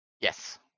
Yes